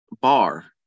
bar